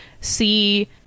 see